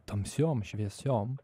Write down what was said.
tamsiom šviesiom